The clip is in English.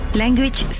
language